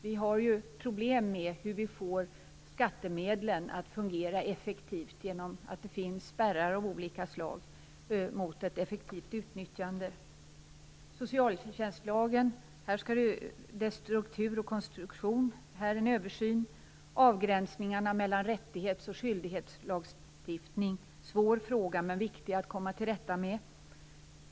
Vi har ju problem med att få skattemedlen att fungera effektivt eftersom det finns spärrar av olika slag mot ett effektivt utnyttjande. Vidare skall socialtjänstlagens struktur och konstruktion ges en översyn. Avgränsningarna mellan rättighets och skyldighetslagstiftning är en svår fråga men viktig att komma till rätta med.